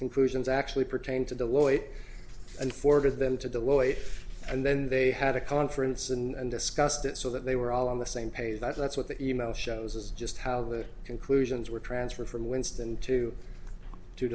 conclusions actually pertain to the lawyer and for them to the lawyer and then they had a conference and discussed it so that they were all on the same page that's what the e mail shows us just how the conclusions were transferred from winston to to